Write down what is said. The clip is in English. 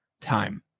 time